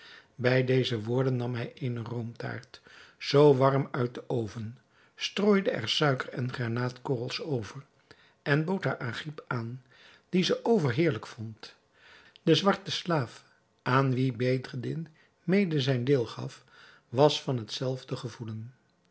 bij deze woorden nam hij eene roomtaart zoo warm uit den oven strooide er suiker en granaat korrels over en bood haar agib aan die ze overheerlijk vond de zwarte slaaf aan wien bedreddin mede zijn deel gaf was van het zelfde gevoelen